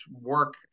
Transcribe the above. work